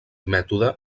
mètode